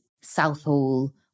Southall